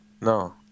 No